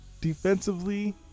defensively